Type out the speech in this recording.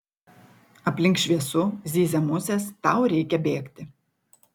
aplink šviesu zyzia musės tau reikia bėgti